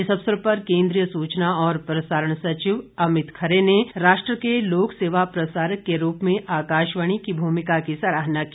इस अवसर पर केन्द्रीय सूचना और प्रसारण सचिव अमित खरे ने राष्ट्र के लोक सेवा प्रसारक के रूप में आकाशवाणी की भूमिका की सराहना की